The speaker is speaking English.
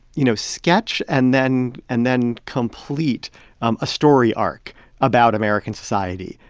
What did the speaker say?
you know, sketch and then and then complete um a story arc about american society,